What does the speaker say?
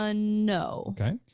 ah no. okay.